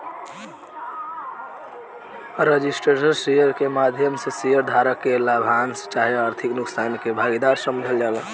registered share के माध्यम से शेयर धारक के लाभांश चाहे आर्थिक नुकसान के भागीदार समझल जाला